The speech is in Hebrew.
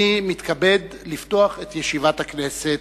אני מתכבד לפתוח את ישיבת הכנסת.